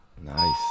nice